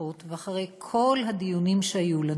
וההבטחות ואחרי כל הדיונים שהיו לנו,